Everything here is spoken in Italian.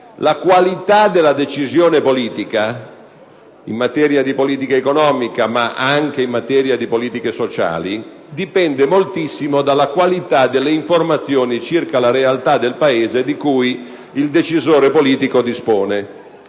La qualità della decisione politica, in materia di politica economica ma anche in materia di politiche sociali, dipende moltissimo dalla qualità delle informazioni circa la realtà del Paese di cui il decisore politico dispone.